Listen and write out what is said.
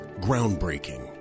Groundbreaking